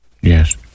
yes